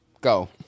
go